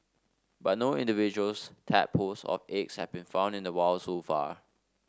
but no individuals tadpoles or eggs have been found in the wild so far